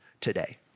today